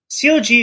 COG